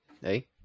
hey